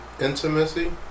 intimacy